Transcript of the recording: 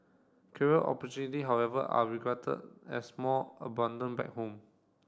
career opportunity however are regarded as more abundant back home